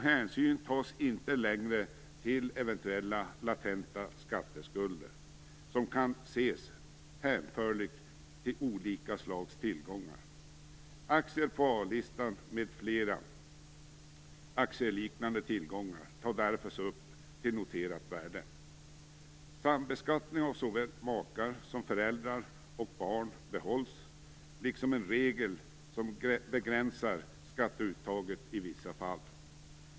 Hänsyn tas inte längre till eventuell latent skatteskuld som kan ses hänförlig till olika slags tillgångar. Aktier på A-listan m.fl. aktieliknande tillgångar tas därför upp till noterat värde. Sambeskattning av såväl makar som föräldrar och barn behålls liksom en regel som begränsar skatteuttaget i vissa fall.